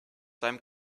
seinem